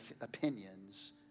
opinions